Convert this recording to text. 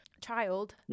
child